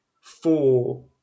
four